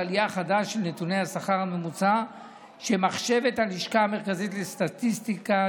עלייה חדה של נתוני השכר הממוצע שמחשבת הלשכה המרכזית לסטטיסטיקה.